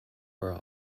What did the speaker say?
were